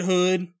Hood